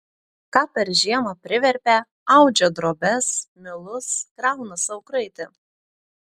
ką per žiemą priverpia audžia drobes milus krauna sau kraitį